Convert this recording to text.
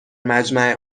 مجمع